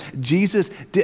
Jesus